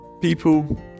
people